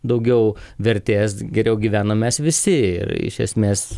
daugiau vertės geriau gyvenam mes visi ir iš esmės